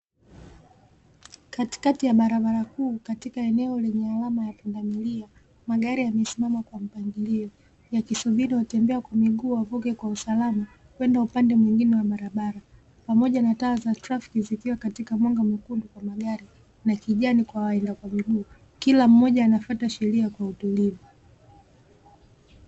Katikati ya barabara kuu katika eneo lenye alama ya pundamilia, magari yamesimama kwa mpangilio yakisubiri watembea kwa miguu wavuke kwa usalama kwenda upande mwingine wa barabara. Pamoja na taa za trafiki zikia katika mwanga mwekundu kwenye gari na kijani kwa waenda kwa miguu. Kila mmoja anafuata sheria kwa utulivu.